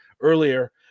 earlier